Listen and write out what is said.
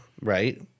right